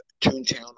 Toontown